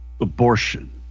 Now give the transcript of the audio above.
abortion